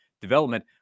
development